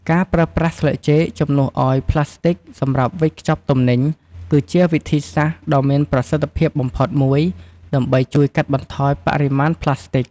ការប្រើប្រាស់ស្លឹកចេកជំនួសឲ្យប្លាស្ទិកសម្រាប់វេចខ្ចប់ទំនិញ គឺជាវិធីសាស្ត្រដ៏មានប្រសិទ្ធភាពបំផុតមួយ ដើម្បីជួយកាត់បន្ថយបរិមាណប្លាស្ទិក។